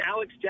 Alex